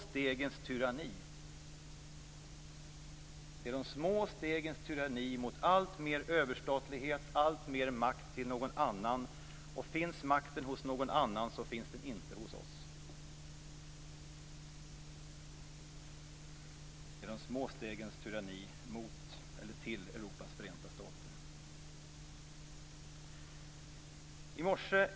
Detta är de små stegens tyranni mot alltmer överstatlighet och alltmer makt till någon annan. Men finns makten hos någon annan, då finns den ju inte hos oss. Detta är de små stegens tyranni mot, eller till, Europas förenta stater.